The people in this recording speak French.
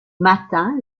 matin